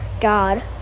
God